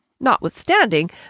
notwithstanding